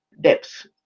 depth